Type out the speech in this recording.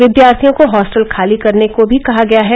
विद्यार्थियों को हॉस्टल खाली करने को भी कहा गया है